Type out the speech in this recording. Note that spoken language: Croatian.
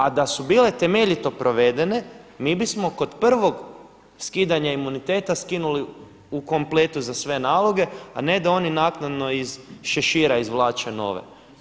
A da su bile temeljito provedene mi bismo kod prvog skidanja imuniteta skinuli u kompletu za sve naloge, a ne da oni naknadno iz šešira izvlače nove.